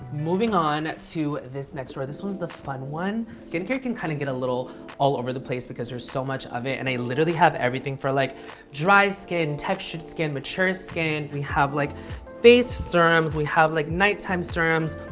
moving on to this next row. this one's the fun one. skincare can kind of get a little all over the place because there's so much of it, and they literally have everything for like dry skin, textured skin, mature skin. we have like faced serums. we have like nighttime serums.